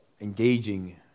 engaging